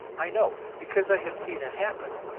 i know, because i have seen it happen.